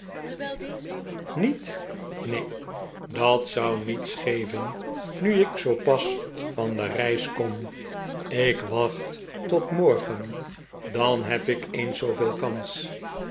niet neen dat zou niets geven nu ik zoo pas van de reis kom ik wacht tot morgen dan heb ik eens zooveel kans